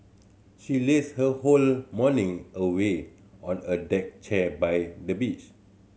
she lazed her whole morning away on a deck chair by the beach